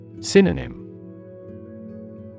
Synonym